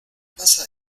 pasa